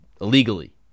illegally